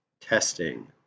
testing